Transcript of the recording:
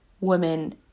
women